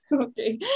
okay